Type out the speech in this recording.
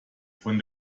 von